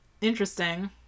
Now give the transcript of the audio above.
Interesting